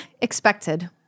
expected